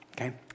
Okay